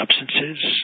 substances